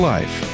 Life